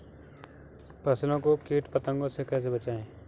फसल को कीट पतंगों से कैसे बचाएं?